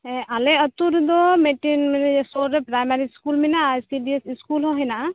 ᱦᱮᱸ ᱟᱞᱮ ᱟᱛᱳ ᱨᱮᱫᱚ ᱢᱤᱫᱴᱮᱱ ᱥᱩᱨ ᱨᱮ ᱯᱨᱟᱭᱢᱟᱨᱤ ᱥᱠᱩᱞ ᱢᱮᱱᱟᱜ ᱟ ᱟᱭᱥᱤᱵᱤᱭᱮᱥ ᱥᱠᱩᱞ ᱦᱚᱸ ᱦᱮᱱᱟᱜ ᱟ ᱛᱚ